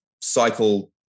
cycle